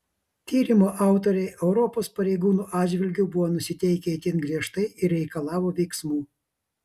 tyrimo autoriai europos pareigūnų atžvilgiu buvo nusiteikę itin griežtai ir reikalavo veiksmų